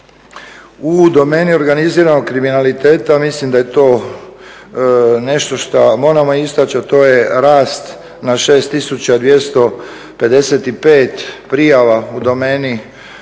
U domeni organiziranog kriminaliteta mislim da je to nešto što moramo istaći, a to je rast na 6.255 prijava u domeni kriminaliteta,